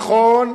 נכון,